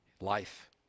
life